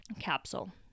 capsule